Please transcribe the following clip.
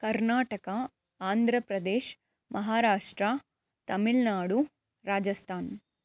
Karnataka Andhra Pradesh Maharashtra Tamil Nadu Rajasthan